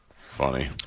Funny